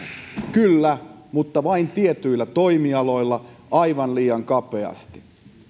kyllä mutta vain tietyillä toimialoilla aivan liian kapeasti